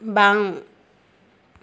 বাওঁ